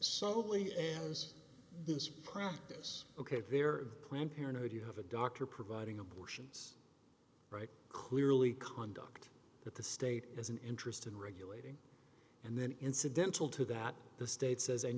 solely and is this practice ok very planned parenthood you have a doctor providing abortions right clearly conduct that the state has an interest in regulating and then incidental to that the state says and